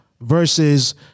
versus